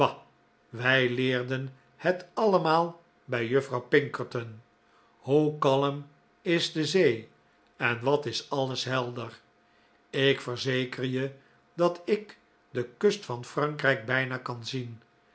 wij leerden het allemaal bij juffrouw pinkerton hoe kalm is de zee en wat is alles helder ik verzeker je dat ik de kust van frankrijk bijna kan zien